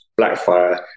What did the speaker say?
Blackfire